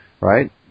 Right